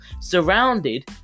surrounded